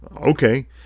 Okay